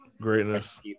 Greatness